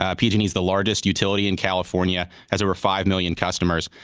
ah pg and e is the largest utility in california, has over five million customers.